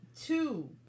two